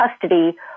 custody